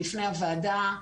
בפני הוועדה,